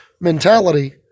mentality